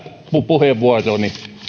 puheenvuoroni